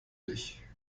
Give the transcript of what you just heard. dich